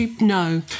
No